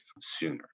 sooner